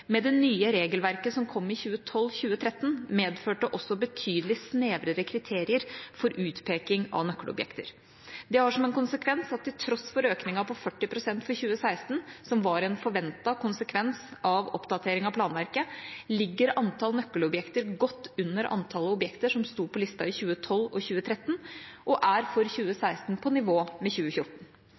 Det nye regelverket som kom i 2012–2013 medførte også betydelig snevrere kriterier for utpeking av nøkkelobjekter. Det har som en konsekvens at til tross for økningen på 40 pst. for 2016, som var en forventet konsekvens av oppdateringen av planverket, ligger antallet nøkkelobjekter godt under antallet objekter som sto på lista i 2012 og 2013, og er for 2016 på nivå med 2014.